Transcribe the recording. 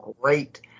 great